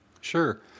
Sure